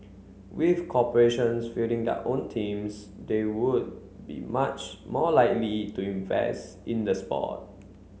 with corporations fielding their own teams they would be much more likely to invest in the sport